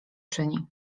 czyni